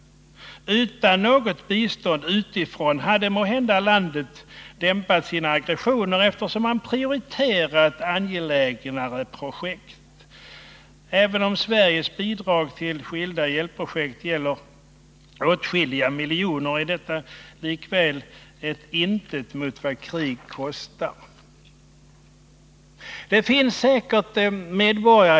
Utan något bistånd utifrån hade måhända landet dämpat sina aggressioner, eftersom man prioriterat angelägnare projekt. Även om Sveriges bidrag till skilda hjälpprojekt gäller åtskilliga miljoner är detta likväl ett intet mot vad krig kostar.